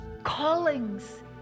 callings